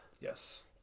yes